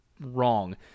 wrong